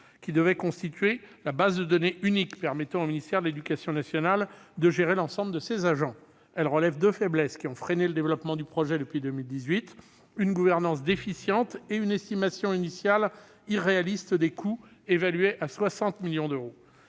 qui devait constituer la base de données unique permettant au ministère de l'éducation nationale de gérer l'ensemble de ses agents. Elle relève deux faiblesses qui ont freiné le développement du projet depuis 2008 : une gouvernance déficiente, une estimation initiale irréaliste des coûts, évalués à 60 millions d'euros,